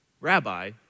Rabbi